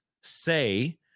say